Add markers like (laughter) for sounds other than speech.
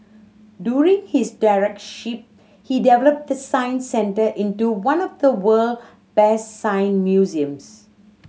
during his (unintelligible) he developed the Science Centre into one of the world best science museums